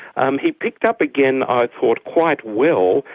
um he picked up again, i thought quite well,